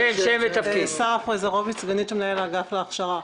אני סגנית מנהל האגף להכשרה.